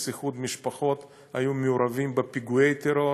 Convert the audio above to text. איחוד משפחות היו מעורבים בפיגועי טרור,